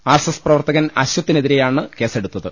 R S S പ്രവർത്തകൻ അശ്വത്തിനെതിരെയാണ് കേസെടുത്തത്